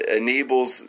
enables